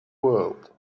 world